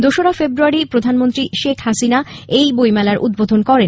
দোসরা ফেব্রুয়ারী প্রধানমন্ত্রী শেখ হাসিনা এই বইমেলার উদ্বোধন করেন